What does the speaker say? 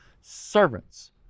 Servants